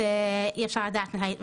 מה שהמערכת משדרת לילד ולהורים,